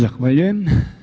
Zahvaljujem.